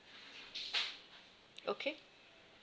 okay